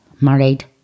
married